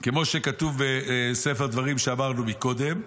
כמו שכתוב בספר דברים, אמרנו קודם: